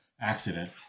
accident